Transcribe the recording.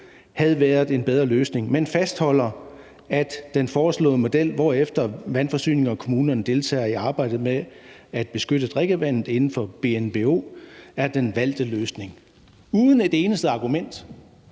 havde været en bedre løsning, men fastholder, at den foreslåede model, hvorefter vandforsyninger og kommuner deltager i arbejdet med at beskytte drikkevandet inden for BNBO, er den valgte løsning.« Det er uden et eneste argument.